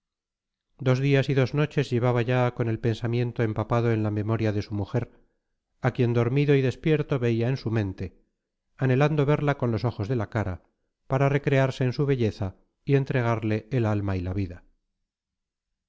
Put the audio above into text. dos días y dos noches llevaba ya con el pensamiento empapado en la memoria de su mujer a quien dormido y despierto veía en su mente anhelando verla con los ojos de la cara para recrearse en su belleza y entregarle el alma y la vida